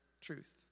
truth